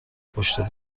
پشت